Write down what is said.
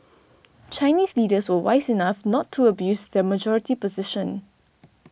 Chinese leaders were wise enough not to abuse their majority position